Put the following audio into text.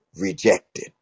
rejected